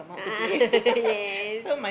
a'ah yes